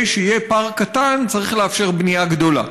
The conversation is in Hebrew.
שיהיה פארק קטן צריך לאפשר בנייה גדולה.